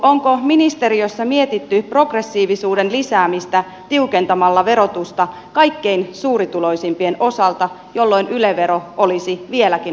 onko ministeriössä mietitty progressiivisuuden lisäämistä tiukentamalla verotusta kaikkein suurituloisimpien osalta jolloin yle vero olisi vieläkin oikeudenmukaisempi